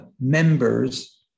members